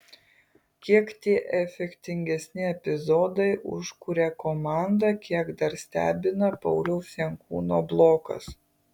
kiek tie efektingesni epizodai užkuria komandą kiek dar stebina pauliaus jankūno blokas